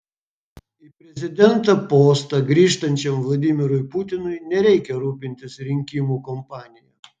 į prezidento postą grįžtančiam vladimirui putinui nereikia rūpintis rinkimų kampanija